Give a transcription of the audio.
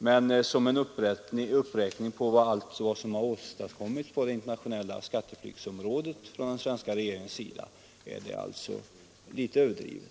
Men som en uppräkning av allt som har åstadkommits av den svenska regeringen på den internationella skatteflyktens område är det alltså litet överdrivet.